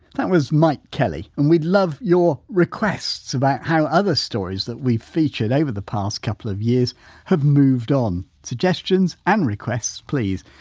that was mike kelly. and we'd love your requests about how other stories that we've featured over the past couple of years have moved on. suggestions and requests please.